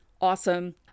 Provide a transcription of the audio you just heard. awesome